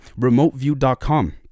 remoteview.com